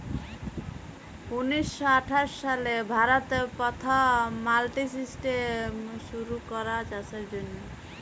উনিশ শ আঠাশ সালে ভারতে পথম মাল্ডি সিস্টেম শুরু ক্যরা চাষের জ্যনহে